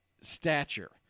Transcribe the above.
stature